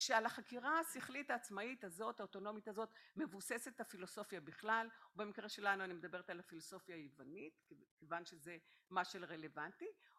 שעל החקירה השכלית העצמאית הזאת האוטונומית הזאת מבוססת את הפילוסופיה בכלל ובמקרה שלנו אני מדברת על הפילוסופיה היוונית כיוון שזה מה שרלוונטי